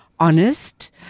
Honest